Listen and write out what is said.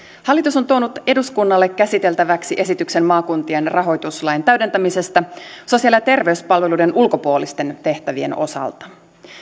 hallitus on tuonut eduskunnalle käsiteltäväksi esityksen maakuntien rahoituslain täydentämisestä sosiaali ja terveyspalveluiden ulkopuolisten tehtävien osalta